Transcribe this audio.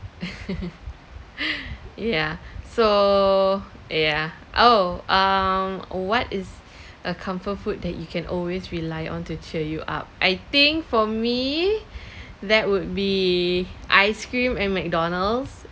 yeah so yeah oh uh oh what is a comfort food that you can always rely on to cheer you up I think for me that would be ice cream and McDonald's